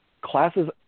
classes